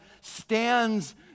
stands